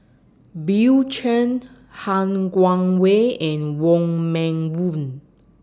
Bill Chen Han Guangwei and Wong Meng Voon